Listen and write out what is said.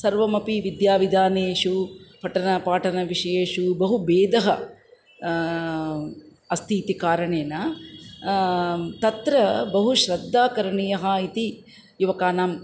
सर्वमपि विद्याविधानेषु पठनपाठनविषयेषु बहु भेदः अस्ति इति कारणेन तत्र बहु श्रद्धा करणीया इति युवकानाम्